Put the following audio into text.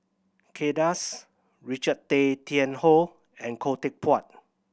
Kay Das Richard Tay Tian Hoe and Khoo Teck Puat